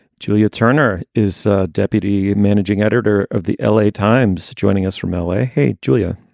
julia turner is deputy managing editor of the l a. times, joining us from l a. hey, julia.